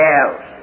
else